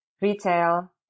retail